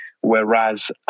Whereas